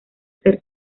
ser